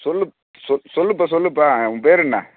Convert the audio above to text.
சொல்லுப் சொல்லு சொல்லுப்பா சொல்லுப்பா உன் பேர் என்ன